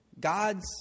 God's